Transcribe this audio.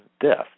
death